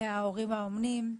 ההורים האומנים,